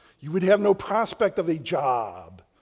you would have no prospect of the job.